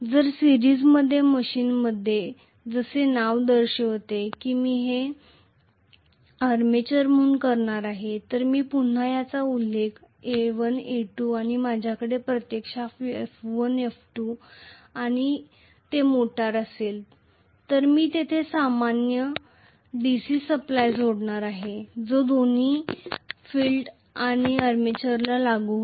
तर सिरीज मशीनमध्ये जसे नाव दर्शविते की मी हे आर्मेचर म्हणून करणार आहे तर मी पुन्हा याचा उल्लेख A1 A2 आणि माझ्याकडे प्रत्यक्षात F1 F2 आहे आणि ते मोटार असेल तर मी येथे सामान्य DC सप्लाय जोडणार आहे जो दोन्ही फील्ड करंट आणि आर्मेचरला लागू आहे